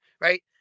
right